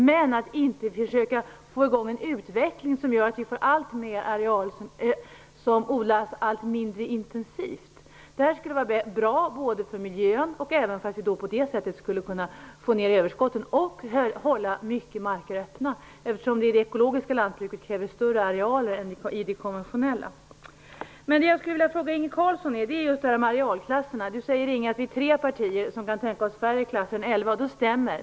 Men man försöker inte få i gång en utveckling som innebär att allt mer areal odlas mindre intensivt. Det skulle bara bra för miljön. Dessutom skulle vi på det sättet kunna få ner överskotten och hålla stora marker öppna. Det ekologiska lantbruket kräver större arealer än det konventionella. Jag skulle vilja fråga Inge Carlsson om arealklasserna. Inge Carlsson säger att vi är tre partier som kan tänka oss färre klasser än elva. Det stämmer.